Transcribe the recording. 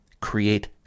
Create